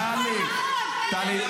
--- טלי,